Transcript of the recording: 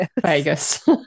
Vegas